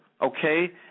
okay